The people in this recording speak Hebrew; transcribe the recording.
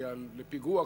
כי לפיגוע,